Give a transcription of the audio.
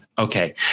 okay